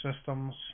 systems